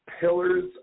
pillars